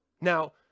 Now